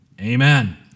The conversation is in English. amen